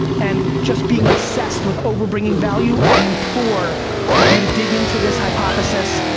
and just being obsessed with over bringing value, i implore you to dig into this hypothesis,